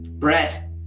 Brett